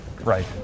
Right